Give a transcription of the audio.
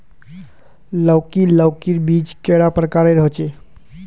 लौकी लौकीर बीज कैडा प्रकारेर होचे?